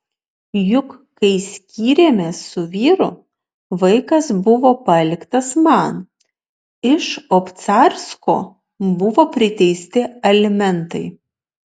juk kai skyrėmės su vyru vaikas buvo paliktas man iš obcarsko buvo priteisti alimentai